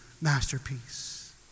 masterpiece